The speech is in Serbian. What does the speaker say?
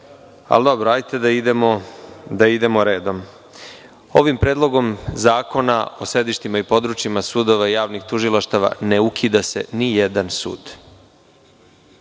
Ali dobro, hajde da idemo redom. Ovim Predlogom zakona o sedištima i područjima sudova i javnih tužilaštava ne ukida se nijedan sud.